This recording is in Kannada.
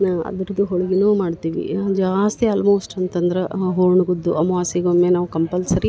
ನ ಅದರದ್ದು ಹೋಳ್ಗಿನು ಮಾಡ್ತೀವಿ ಜಾಸ್ತಿ ಆಲ್ಮೋಸ್ಟ್ ಅಂತಂದ್ರ ಹೂಣ್ಗುದ್ದು ಅಮಾವಾಸಿಗೊಮ್ಮೆ ನಾವು ಕಂಪಲ್ಸರಿ